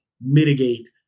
mitigate